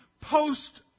post